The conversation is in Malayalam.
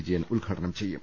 വിജയൻ ഉദ്ഘാടനം ചെയ്യും